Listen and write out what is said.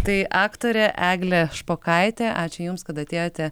tai aktorė eglė špokaitė ačiū jums kad atėjote